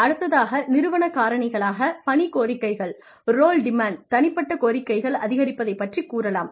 அடுத்ததாக நிறுவன காரணிகளாக பணி கோரிக்கைகள் ரோல் டிமாண்ட் தனிப்பட்ட கோரிக்கைகள் அதிகரிப்பதைப் பற்றிக் கூறலாம்